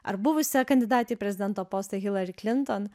ar buvusią kandidatę į prezidento postą hilari klinton